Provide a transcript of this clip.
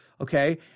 okay